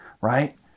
right